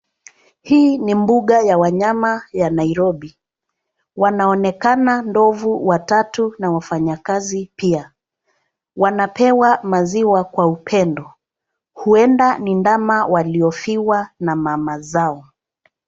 Hii ni mbuga ya wanyama ya Nairobi. Wanaonekana ndovu watatu na wafanyakazi pia. Wanapewa maziwa kwa upendo, huenda ni ndama waliofiwa na mama zao.